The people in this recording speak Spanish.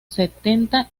setenta